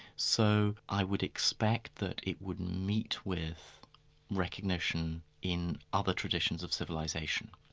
so i would expect that it would meet with recognition in other traditions of civilization,